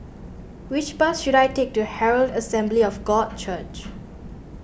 which bus should I take to Herald Assembly of God Church